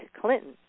Clinton